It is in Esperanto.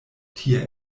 tia